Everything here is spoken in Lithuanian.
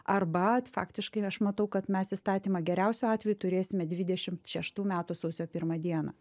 arba faktiškai aš matau kad mes įstatymą geriausiu atveju turėsime dvidešimt šeštų metų sausio pirmą dieną